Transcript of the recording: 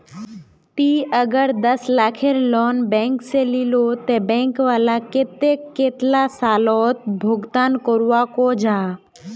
ती अगर दस लाखेर लोन बैंक से लिलो ते बैंक वाला कतेक कतेला सालोत भुगतान करवा को जाहा?